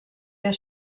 der